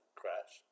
crash